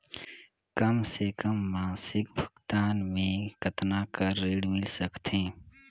कम से कम मासिक भुगतान मे कतना कर ऋण मिल सकथे?